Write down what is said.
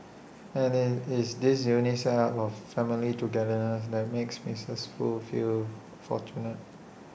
and IT it's this unique set up of family togetherness that makes misses Foo feel fortunate